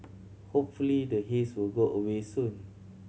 hopefully the haze will go away soon